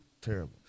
terrible